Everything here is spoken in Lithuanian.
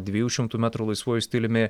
dviejų šimtų metrų laisvuoju stiliumi